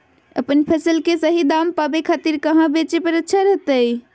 अपन फसल के सही दाम पावे खातिर कहां बेचे पर अच्छा रहतय?